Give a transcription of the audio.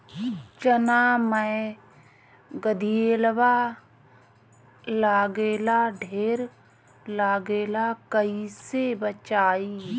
चना मै गधयीलवा लागे ला ढेर लागेला कईसे बचाई?